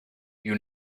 you